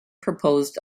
proposed